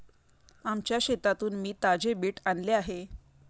आमच्या शेतातून मी ताजे बीट आणले आहे